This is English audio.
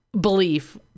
belief